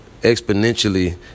exponentially